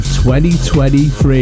2023